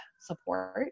support